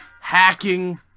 Hacking